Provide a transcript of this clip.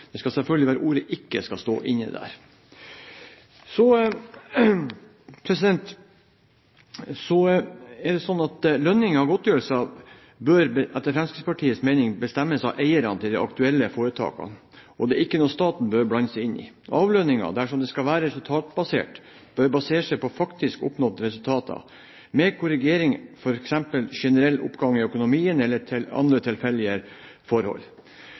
Selvfølgelig skal ordet «ikke» stå inne her. Lønninger og godtgjørelser bør etter Fremskrittspartiets mening bestemmes av eierne til de aktuelle foretakene. Det er ikke noe staten bør blande seg inn i. Avlønningen, dersom den skal være resultatbasert, bør basere seg på faktisk oppnådde resultater, med korrigering for eksempelvis generell oppgang i økonomien eller andre tilfeldige forhold.